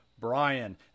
Brian